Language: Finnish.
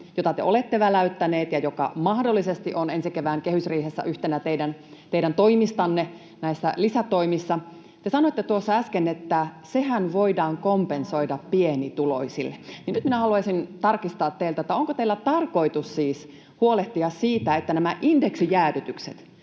jota te olette väläyttäneet ja joka mahdollisesti on ensi kevään kehysriihessä yhtenä teidän toimistanne näissä lisätoimissa. Te sanoitte tuossa äsken, että sehän voidaan kompensoida pienituloisille. Nyt minä haluaisin tarkistaa teiltä, onko teillä tarkoitus siis huolehtia siitä, että perutaan nämä indeksijäädytykset,